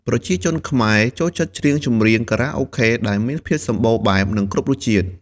ប្រជាជនខ្មែរចូលចិត្តច្រៀងចម្រៀងខារ៉ាអូខេដែលមានភាពសម្បូរបែប និងគ្រប់រសជាតិ។